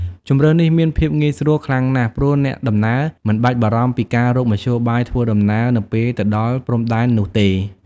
ជម្រើសនេះមានភាពងាយស្រួលខ្លាំងណាស់ ព្រោះអ្នកដំណើរមិនបាច់បារម្ភពីការរកមធ្យោបាយធ្វើដំណើរនៅពេលទៅដល់ព្រំដែននោះទេ។